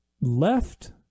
left